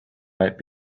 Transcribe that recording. might